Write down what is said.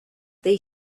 they